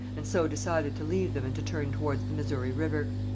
and so decided to leave them and to turn towards the missouri river.